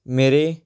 ਮੇਰੇ